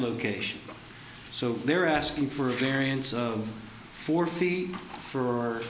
location so they're asking for a variance of four feet for